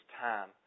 time